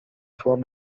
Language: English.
four